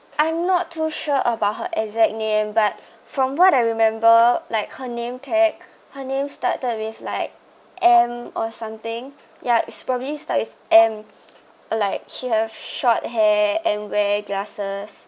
I'm not too sure about her exact name but from what I remember like her name tag her name started with like M or something yeah it's probably start with M like she have short hair and wear glasses